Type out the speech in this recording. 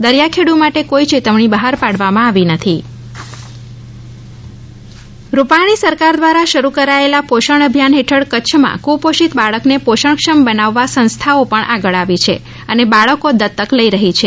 દરિયાખેડુ માટે કોઈ ચેતવણી બહાર પાડવામાં આવી નથી કચ્છ પોષણ અભિયાન રૂપાણી સરકાર દ્વારા શરૂ કરાયેલા પોષણ અભિયાન હેઠળ કચ્છમાં કુપોષિત બાળકને પોષણક્ષમ બનાવવા સંસ્થાઓ પણ આગળ આવી છે અને બાળકો દત્તક લઇ રહી છે